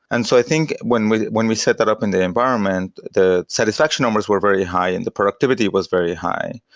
and so i think when we when we set that up in the environment, the satisfactions numbers were very high and the productivity was very high,